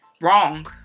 wrong